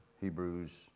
Hebrews